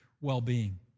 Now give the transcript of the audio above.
well-being